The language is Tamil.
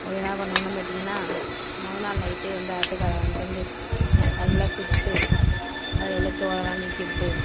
அது என்ன பண்ணுவேன்னு கேட்டீங்கன்னால் மொதல் நாள் நைட்டே வந்து ஆட்டுக்காலை வாங்கிவிட்டு வந்து நல்லா சுட்டு அதில் உள்ள தோலெல்லாம் நீக்கி விட்டு